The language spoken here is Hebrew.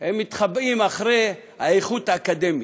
הם מתחבאים מאחורי "האיכות האקדמית".